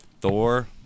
Thor